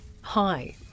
Hi